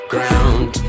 Ground